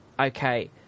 okay